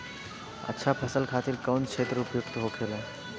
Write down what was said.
अच्छा फसल खातिर कौन क्षेत्र उपयुक्त होखेला?